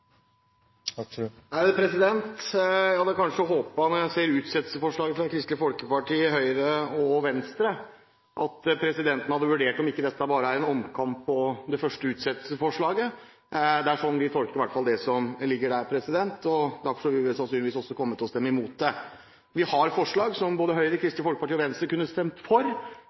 kanskje håpet da jeg så utsettelsesforslaget fra Kristelig Folkeparti, Høyre og Venstre, at presidenten hadde vurdert om ikke dette bare er en omkamp om det første utsettelsesforslaget. Det er i hvert fall sånn vi tolker det som ligger der. Derfor vil vi sannsynligvis også komme til å stemme imot det. Vi har forslag som både Høyre, Kristelig Folkeparti og Venstre kunne stemt for,